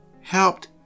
helped